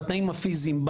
בתנאים הפיזיים,